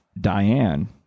Diane